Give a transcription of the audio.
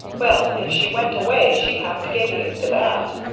well if she went away she'd have to get used to that.